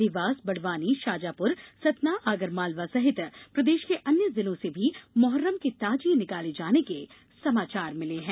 देवास बडवानी शाजापुर सतना आगर मालवा सहित प्रदेश के अन्य जिलों से भी मोहर्रम के ताजिये निकाले जाने के समाचार मिले हैं